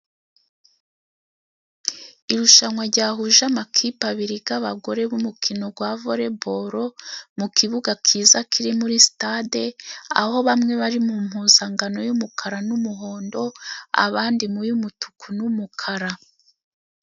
Irushanwa jyahuje amakipe abiri y'abagore b'umukino wa voreboro, mu kibuga kiza kiri muri sitade, aho bamwe bari mu mpuzangano y'umukara n'umuhondo, abandi mu y'umutuku n'umukara.